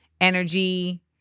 energy